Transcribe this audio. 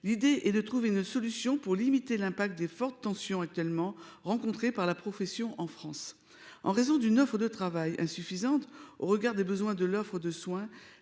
s'agit de trouver une solution pour limiter l'impact des fortes tensions que connaît actuellement cette profession en France. En raison d'une offre de travail insuffisante au regard des besoins de l'offre de soins,